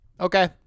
Okay